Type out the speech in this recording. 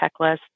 checklist